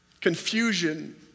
confusion